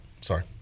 Sorry